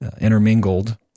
intermingled